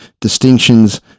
distinctions